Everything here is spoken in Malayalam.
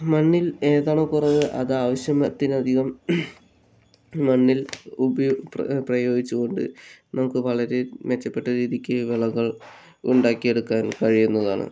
മണ്ണിൽ ഏതാണോ കുറവ് അത് ആവശ്യത്തിലധികം മണ്ണിൽ ഉപയോ പ്രയോഗിച്ചുകൊണ്ട് നമുക്ക് വളരെ മെച്ചപ്പെട്ട രീതിക്ക് വിളകൾ ഉണ്ടാക്കിയെടുക്കാൻ കഴിയുന്നതാണ്